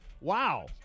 Wow